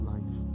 Life